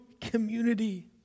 community